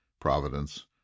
providence